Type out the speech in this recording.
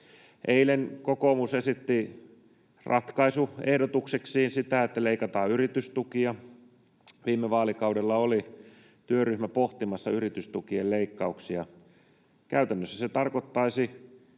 Eilen kokoomus esitti ratkaisuehdotuksekseen sitä, että leikataan yritystukia. Viime vaalikaudella oli työryhmä pohtimassa yritystukien leikkauksia. Käytännössä se tarkoittaisi